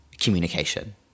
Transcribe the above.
communication